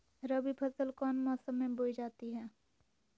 रबी फसल कौन मौसम में बोई जाती है?